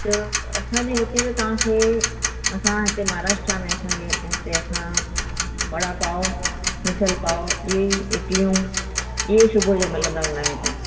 त असां जे हिते त तव्हां खे असां हिते महाराष्ट्रा में असां खे हिते असां वड़ा पाव मिसल पाव इहे ई इडलियूं इहे ई सुबुह जो मिलंदो नवें ताईं